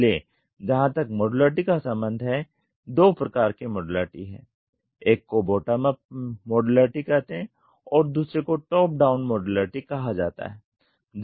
इसलिए जहां तक मॉड्युलरिटी का संबंध है दो प्रकार की मॉड्युलरिटी है एक को बॉटम अप मॉड्युलरिटी कहते हैं और दूसरे को टॉप डाउन मॉड्युलरिटी कहा जाता है